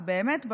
ובאמת,